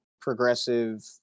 progressive